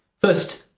first,